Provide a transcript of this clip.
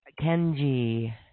Kenji